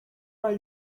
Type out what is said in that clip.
are